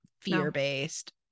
fear-based